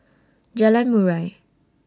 Jalan Murai